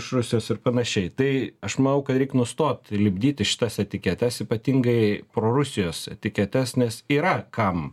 iš rusijos ir panašiai tai aš manau kad reik nustot lipdyti šitas etiketes ypatingai pro rusijos etiketes nes yra kam